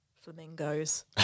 flamingos